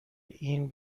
این